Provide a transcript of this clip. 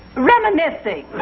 reminiscing.